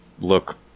look